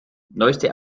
neueste